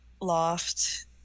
loft